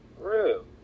real